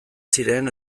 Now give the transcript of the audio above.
ziren